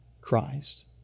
Christ